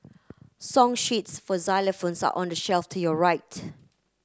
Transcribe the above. song sheets for xylophones are on the shelf to your right